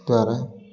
ଦ୍ୱାରା